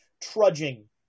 trudging